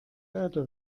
erde